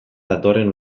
datorren